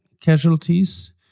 casualties